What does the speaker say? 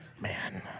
Man